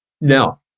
No